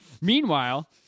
Meanwhile